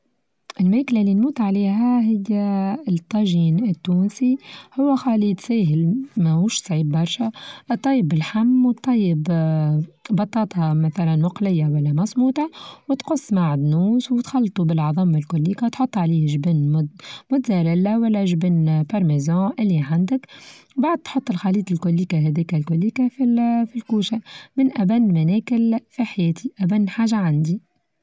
الماكلة اللي نموت عليها هي الطاچين التونسي هو خليط ساهل ماهوش صعيب برشا، بطيب اللحم بطيب آآ بطاطا مثلا مقلية ولا مصموطة وتقص معدنوس وتخلطو بالعظم الكليكا وتحط عليه چبن موتزاريلا ولا جبن بارميزو اللي عندك بعد تحط الخليط الكوليكا هاديكا الكوليكا في الكوشة من قبل ما ناكل في حياتي ابان حاجة عندي.